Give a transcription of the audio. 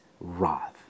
wrath